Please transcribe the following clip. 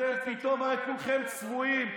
אתם פתאום הרי כולכם צבועים.